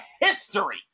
history